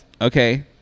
Okay